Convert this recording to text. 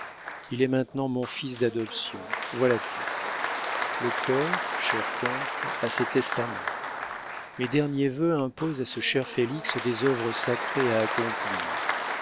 il est maintenant mon fils d'adoption voilà tout le cœur cher comte a ses testaments mes derniers vœux imposent à ce cher félix des œuvres sacrées à accomplir